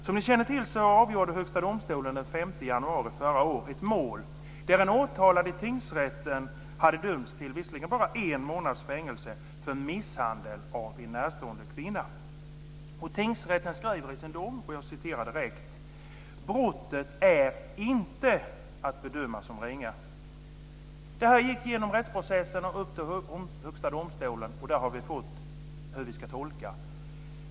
Som ni känner till avgjorde Högsta domstolen den 5 januari förra året ett mål där en åtalad i tingsrätten hade dömts, visserligen bara till en månads fängelse, för misshandel av en närstående kvinna. Tingsrätten skriver så här i sin dom: "Brottet är inte att bedöma som ringa." Det här gick igenom rättsprocessen och upp till Högsta domstolen. Där har vi fått veta hur vi ska tolka.